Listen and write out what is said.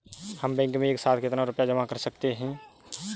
हम बैंक में एक साथ कितना रुपया जमा कर सकते हैं?